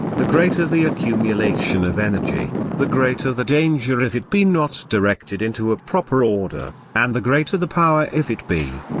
the greater the accumulation of energy, the greater the danger if it be not directed into a proper order, and the greater the power if it be.